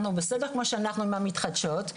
שאנחנו בסדר כמו שאנחנו עם המתחדשות,